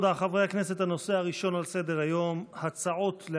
הכנסת ינון אזולאי, הצעת חוק